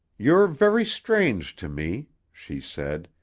you're very strange to me, she said,